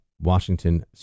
washington